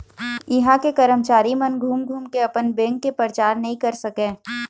इहां के करमचारी मन घूम घूम के अपन बेंक के परचार नइ कर सकय